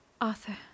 Arthur